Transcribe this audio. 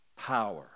power